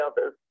others